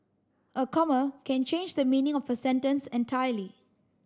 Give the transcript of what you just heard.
a comma can change the meaning of a sentence entirely